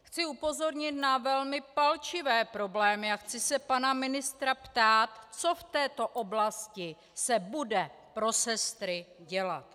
Chci upozornit na velmi palčivé problémy a chci se pana ministra ptát, co se v této oblasti bude pro sestry dělat.